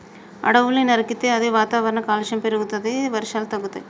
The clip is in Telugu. అడవుల్ని నరికితే అది వాతావరణ కాలుష్యం పెరుగుతది, వర్షాలు తగ్గుతయి